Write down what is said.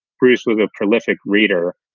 bruce was a prolific reader.